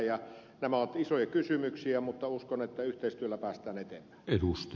nämä ovat isoja kysymyksiä mutta uskon että yhteistyöllä päästään eteenpäin